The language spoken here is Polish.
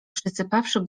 przysypawszy